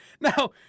Now